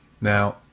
Now